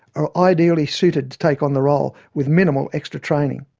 are ideally suited to take on the role, with minimal extra training.